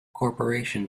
corporation